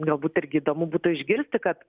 galbūt irgi įdomu būtų išgirsti kad